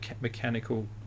mechanical